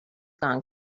gone